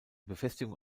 befestigung